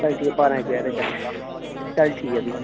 चल ठीक ऐ बारां इक बजे तक्कर चल ठीक ऐ फ्ही